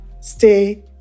Stay